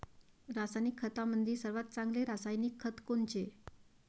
रासायनिक खतामंदी सर्वात चांगले रासायनिक खत कोनचे?